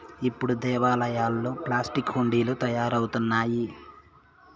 ఇప్పుడు దేవాలయాల్లో ప్లాస్టిక్ హుండీలు తయారవుతున్నాయి